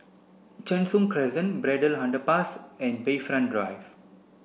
Cheng Soon Crescent Braddell Underpass and Bayfront Drive